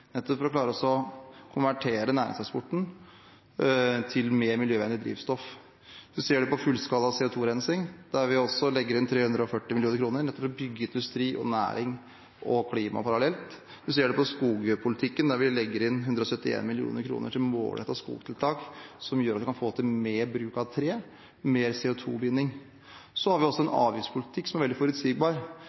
nettopp for å klare å konvertere næringstransporten til mer miljøvennlig drivstoff. En ser det på fullskala CO 2 -rensing, der vi legger inn 340 mill. kr, nettopp for å bygge ut industri og næring og klima parallelt. En ser det på skogpolitikken, der vi legger inn 171 mill. kr til målrettede skogtiltak, som gjør at en kan få til mer bruk av tre, mer CO 2 -binding. Så har vi også en avgiftspolitikk som er veldig forutsigbar,